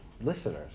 listeners